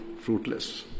fruitless